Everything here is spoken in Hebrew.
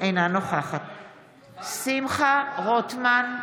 אינה נוכחת שמחה רוטמן,